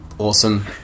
awesome